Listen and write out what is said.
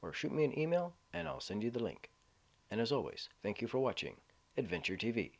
or shoot me an email and i'll send you the link and as always thank you for watching adventure t